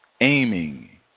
aiming